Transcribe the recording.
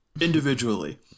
individually